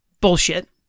Bullshit